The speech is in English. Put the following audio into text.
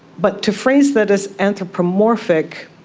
but to phrase that as anthropomorphic,